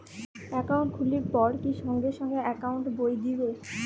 Account খুলির পর কি সঙ্গে সঙ্গে একাউন্ট বই দিবে?